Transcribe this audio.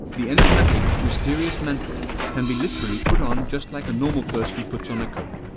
the enigmatic, mysterious mantle can be literally put on just like a normal person puts on a coat.